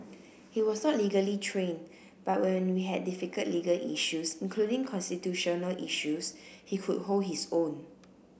he was not legally trained but when we had difficult legal issues including constitutional issues he could hold his own